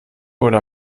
oder